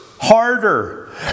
harder